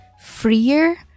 freer